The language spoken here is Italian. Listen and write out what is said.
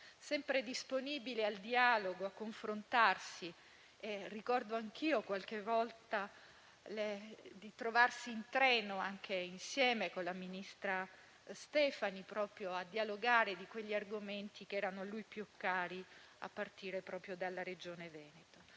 sempre disponibile al dialogo, a confrontarsi. Ricordo che qualche volta ci siamo ritrovati in treno, insieme alla ministra Stefani, a dialogare proprio di quegli argomenti che erano a lui più cari, a partire proprio dalla Regione Veneto.